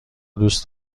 دوست